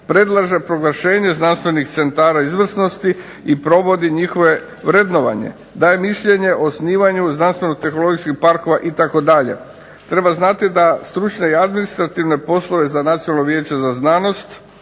predlaže proglašenje znanstvenih centara izvrsnosti i provodi njihove vrednovanje. Daje mišljenje o osnivanju znanstveno tehnologijskih parkova itd. Treba znati da stručne i administrativne poslove za Nacionalno vijeće za znanost